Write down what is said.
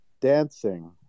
Dancing